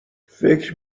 فکر